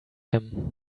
him